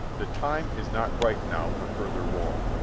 the time is not ripe now for further war.